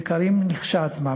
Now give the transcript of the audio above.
יקרים כשלעצמם.